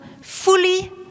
fully